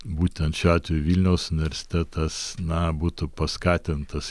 būtent šiuo atveju vilniaus universitetas na būtų paskatintas